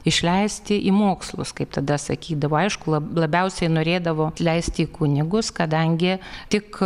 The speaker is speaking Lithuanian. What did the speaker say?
išleisti į mokslus kaip tada sakydavo aišku lab labiausiai norėdavo leisti į kunigus kadangi tik